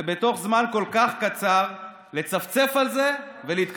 ובתוך זמן כל כך קצר לצפצף על זה ולהתקפל.